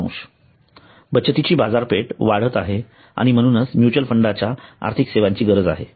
सारांश बचतीची बाजारपेठ वाढत आहे आणि म्हणूनच म्युच्युअल फंडाच्या आर्थिक सेवांची गरज आहे